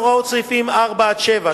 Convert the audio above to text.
הוראות סעיפים 4 7,